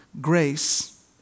Grace